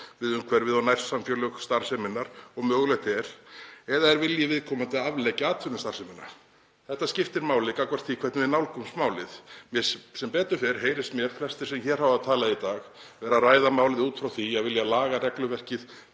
við umhverfið og nærsamfélög starfseminnar og mögulegt er, eða vilja viðkomandi afleggja atvinnustarfsemina? Þetta skiptir máli gagnvart því hvernig við nálgumst málið. Sem betur fer heyrist mér flestir sem hér hafa talað í dag vera að ræða málið út frá því að vilja laga regluverkið